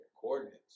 coordinates